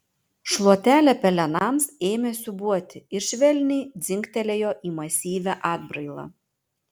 šluotelė pelenams ėmė siūbuoti ir švelniai dzingtelėjo į masyvią atbrailą